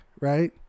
right